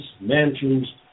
mansions